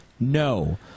No